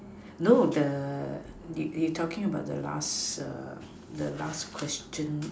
no the you you talking about the last err the last question